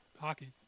hockey